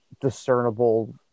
discernible